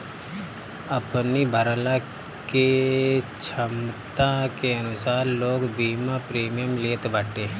अपनी भरला के छमता के अनुसार लोग बीमा प्रीमियम लेत बाटे